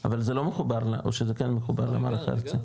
אבל זה לא מחובר, או שזה כאן מחובר למערכת הארצית?